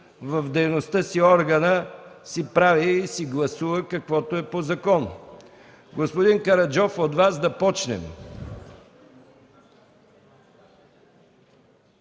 в дейността си органът прави и си гласува, каквото е по закон. Господин Караджов, да започнем